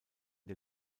der